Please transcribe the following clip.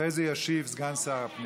אחרי זה ישיב סגן שר הפנים